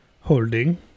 Holding